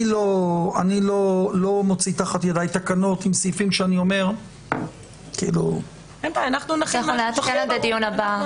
אני לא מוציא תחת ידיי תקנות עם סעיפים --- נעדכן עד הדיון הבא.